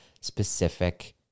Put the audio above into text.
specific